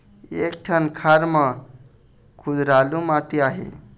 एक ठन खार म कुधरालू माटी आहे?